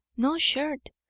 no shirt!